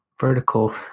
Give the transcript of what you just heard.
vertical